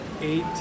eight